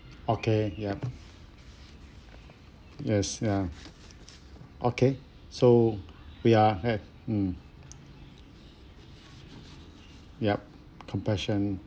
okay yup yes ya okay so we are where mm yup compassion